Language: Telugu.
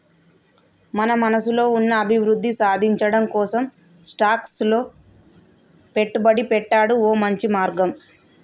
మన మనసులో ఉన్న అభివృద్ధి సాధించటం కోసం స్టాక్స్ లో పెట్టుబడి పెట్టాడు ఓ మంచి మార్గం